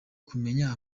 kumenya